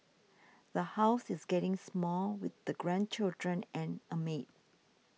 the house is getting small with the grandchildren and a maid